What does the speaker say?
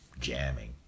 jamming